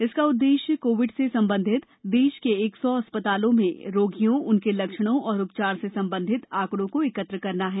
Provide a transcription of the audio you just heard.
इसका उद्देश्य कोविड से संबंधित देश के एक सौ अस्पतालों से रोगियों उनके लक्षणों और उपचार से संबंधित आंकड़ों को एकत्र करना है